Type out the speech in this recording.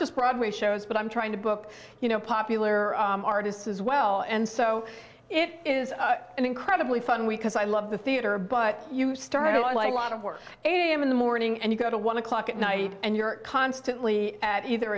just broadway shows but i'm trying to book you know popular artists as well and so it is an incredibly fun we because i love the theater but you start out like a lot of work in the morning and you go to one o'clock at night and you're constantly at either